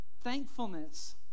Thankfulness